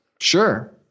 Sure